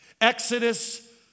Exodus